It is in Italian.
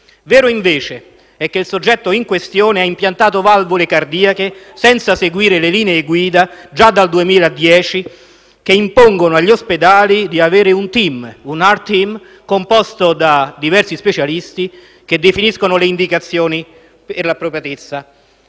vero, invece, che il soggetto in questione ha impiantato valvole cardiache senza seguire le linee guida che già dal 2010 impongono agli ospedali di avere un *heart* *team* composto da diversi specialisti che insieme valutano l'appropriatezza.